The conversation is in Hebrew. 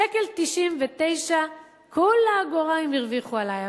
1.99 כולה אגורה הם הרוויחו עלי.